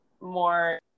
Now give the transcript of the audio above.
more